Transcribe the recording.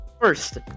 First